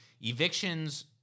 evictions